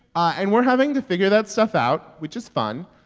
and we're having to figure that stuff out, which is fun.